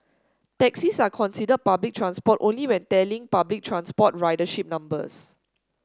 taxis are considered public transport only when tallying public transport ridership numbers